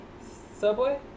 Subway